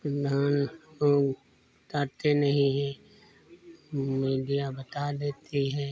प्रधान गाँव बताते नहीं हैं मीडिया बता देती है